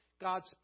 God's